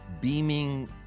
beaming